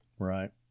Right